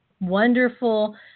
wonderful